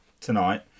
tonight